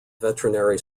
veterinary